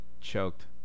choked